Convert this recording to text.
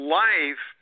life